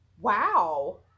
Wow